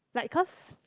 like cause